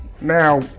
Now